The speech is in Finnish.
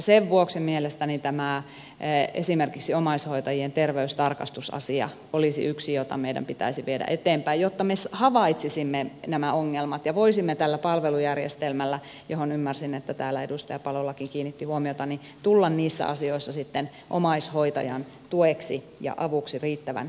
sen vuoksi mielestäni esimerkiksi tämä omaishoitajien terveystarkastusasia olisi yksi jota meidän pitäisi viedä eteenpäin jotta me havaitsisimme nämä ongelmat ja voisimme tällä palvelujärjestelmällä johon näin ymmärsin täällä edustaja palolakin kiinnitti huomiota tulla niissä asioissa sitten omaishoitajan tueksi ja avuksi riittävän varhaisessa vaiheessa